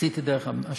עשיתי את זה דרך השב"ן.